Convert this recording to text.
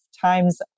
times